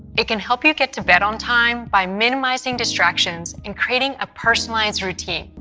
it can help you get to bed on time by minimizing distractions and creating a personalized routine.